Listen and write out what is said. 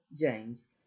James